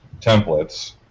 templates